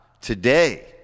today